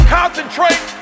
concentrate